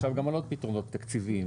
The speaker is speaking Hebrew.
גם עמלות הן פתרונות תקציביים.